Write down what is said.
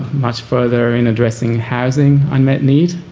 much further in addressing housing unmet need,